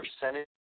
percentage